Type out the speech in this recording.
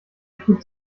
tut